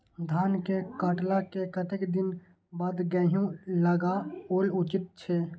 धान के काटला के कतेक दिन बाद गैहूं लागाओल उचित छे?